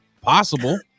Possible